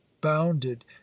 bounded